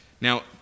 Now